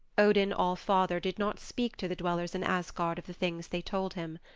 odin all-father did not speak to the dwellers in asgard of the things they told him.